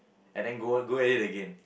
and then go go at it again